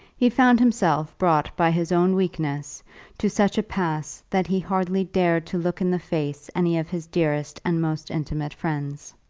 he found himself brought by his own weakness to such a pass that he hardly dared to look in the face any of his dearest and most intimate friends.